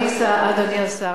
אדוני השר,